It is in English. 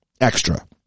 extra